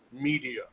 media